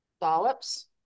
dollops